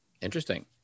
interesting